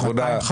לא התקבלה.